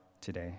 today